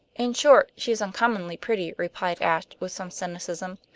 in short, she is uncommonly pretty, replied ashe, with some cynicism.